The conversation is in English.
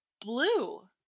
blue